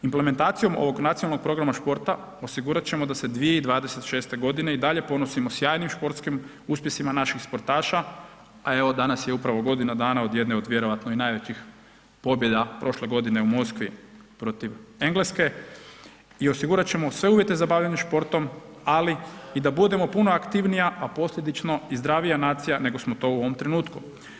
Implementacijom ovog nacionalnog programa športa osigurat ćemo da se 2026.g. i dalje ponosimo sjajnim športskim uspjesima naših športaša, a evo danas je upravo godina dana od jedne od vjerojatno i najvećih pobjeda prošle godine u Moskvi protiv Engleske i osigurat ćemo sve uvjete za bavljenje športom, ali i da budemo puno aktivnija, a posljedično i zdravija nacija nego smo to u ovom trenutku.